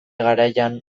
garaian